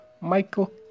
Michael